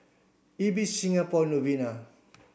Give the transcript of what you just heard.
Ibis Singapore Novena